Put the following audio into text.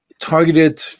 targeted